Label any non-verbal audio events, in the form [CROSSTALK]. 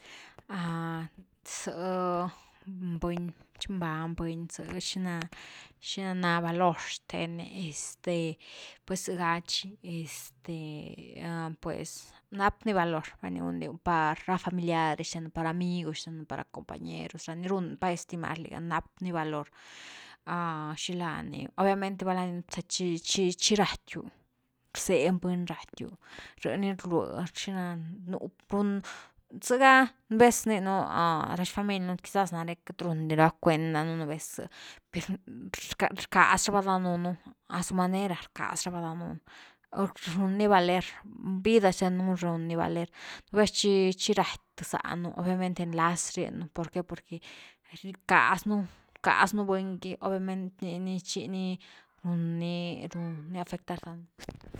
Zë buny, chi mbany buny zë, xina-xina na valor xthen este pues zëga chi este pues nap ni valor va ni gundiu, par ra familiarxtenu, par amigos xthenu, par ra compañer xthenu, ni run pa estimar liga rap ni valor, xilani obvaimente valna za chi-chi ratiu, rxañ buny ratiu, re ni rlui xina nú pun, zega a vez rninu ra xfamili nú quizás nare queity run di rava cuend danunu nú vez per rcaz-rcaz rava danunu a su manera rcas rava danun run ni valer vida zthen nú run ni valer, nú vez chi-chi raty th zánu obviamente nlas rien un, ¿por qué? Porque rcasnu, bcasnu buny gy chi ni run [NOISE] ni ru ni afectar danun. [NOISE]